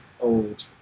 old